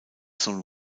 sohn